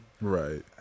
Right